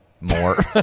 more